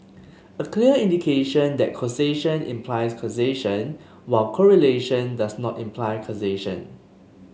a clear indication that causation implies causation while correlation does not imply causation